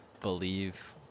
believe